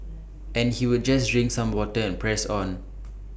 and he would just drink some water and press on